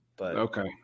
Okay